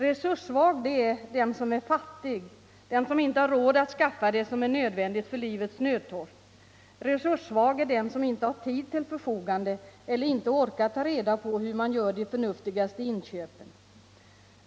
Resurssvag är den som är fattig, den som inte har råd att skaffa det som är nödvändigt för livets nödtorft. Resurssvag är den som inte har tid till förfogande att eller inte orkar ta reda på hur man gör de förnuftigaste inköpen.